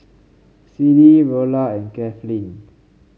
Siddie Rolla and Kathleen